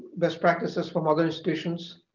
best practices from other institutions